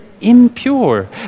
impure